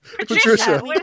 Patricia